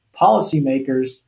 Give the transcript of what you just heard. policymakers